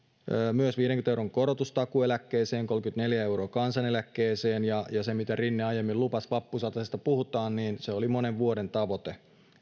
viidenkymmenen euron korotus takuueläkkeeseen ja kolmekymmentäneljä euroa kansaneläkkeeseen ja se mitä rinne aiemmin lupasi vappusatasesta puhutaan on monen vuoden tavoite